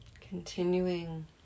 Continuing